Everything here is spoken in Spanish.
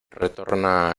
retorna